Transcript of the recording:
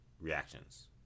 reactions